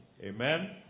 Amen